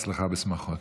אצלך בשמחות.